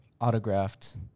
autographed